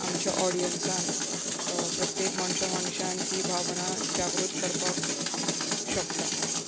आमच्या ऑडियन्सान प्रत्येक मनशा मनशान ती भावना जागृत करपाक शकता